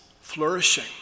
flourishing